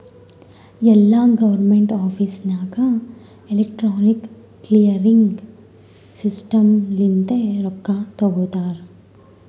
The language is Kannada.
ಎಲ್ಲಾ ಗೌರ್ಮೆಂಟ್ ಆಫೀಸ್ ನಾಗ್ ಎಲೆಕ್ಟ್ರಾನಿಕ್ ಕ್ಲಿಯರಿಂಗ್ ಸಿಸ್ಟಮ್ ಲಿಂತೆ ರೊಕ್ಕಾ ತೊಗೋತಾರ